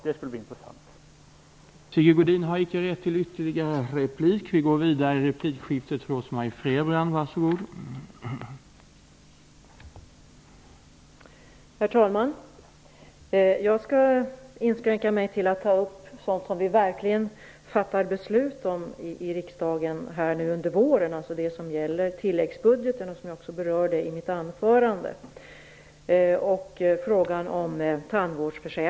Det skulle vara intressant att höra.